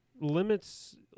limits